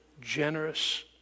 generous